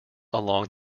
along